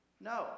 No